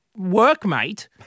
workmate